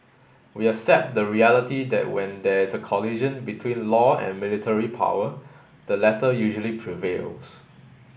we accept the reality that when there is a collision between law and military power the latter usually prevails